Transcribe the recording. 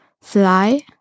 fly